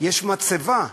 יש מצבה,